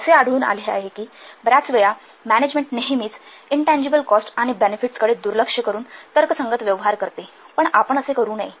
असे आढळून आले आहे की बर्याच वेळा मॅनेजमेंट नेहमीच इनटँजिबल कॉस्ट आणि बेनेफिट्स कडे दुर्लक्ष करून तर्कसंगत व्यवहार करते आपण असे करू नये